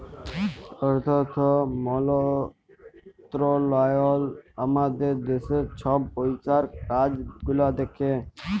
অথ্থ মলত্রলালয় আমাদের দ্যাশের ছব পইসার কাজ গুলা দ্যাখে